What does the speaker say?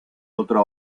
otra